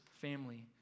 family